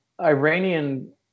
Iranian